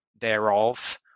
thereof